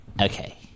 Okay